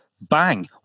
Bang